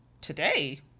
today